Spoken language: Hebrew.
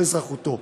או אזרחותו,